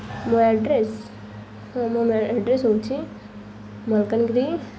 ମୋ ଆଡ଼୍ରେସ୍ ହଁ ମୋ ଆଡ଼୍ରେସ୍ ହେଉଛି ମାଲକାନଗିରି